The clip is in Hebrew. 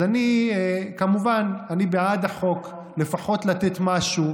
אז כמובן, אני בעד החוק, לפחות לתת משהו,